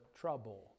trouble